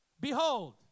Behold